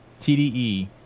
TDE